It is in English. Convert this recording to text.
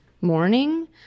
morning